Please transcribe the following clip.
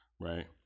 right